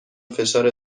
فشار